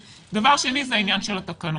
העניין של התקנות.